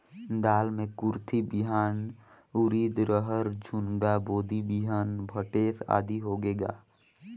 दाल मे कुरथी बिहान, उरीद, रहर, झुनगा, बोदी बिहान भटेस आदि होगे का?